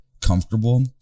comfortable